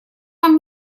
там